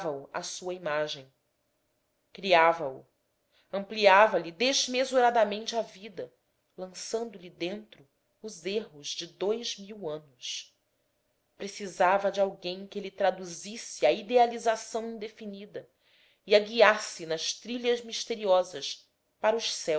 à sua imagem criava o ampliavalhe desmesuradamente a vida lançando lhe dentro os erros de dous mil anos precisava de alguém que lhe traduzisse a idealização indefinida e a guiasse nas trilhas misteriosas para os